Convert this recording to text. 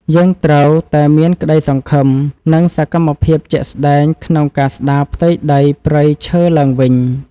យើងត្រូវតែមានក្តីសង្ឃឹម និងសកម្មភាពជាក់ស្តែងក្នុងការស្តារផ្ទៃដីព្រៃឈើឡើងវិញ។